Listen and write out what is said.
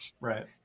Right